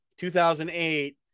2008